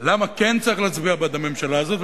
למה כן צריך להצביע בעד הממשלה הזאת.